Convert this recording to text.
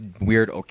weird